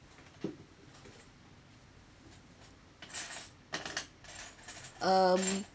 um